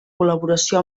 col·laboració